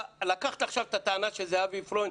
לקחת עכשיו את הטענה של זהבי פריינד,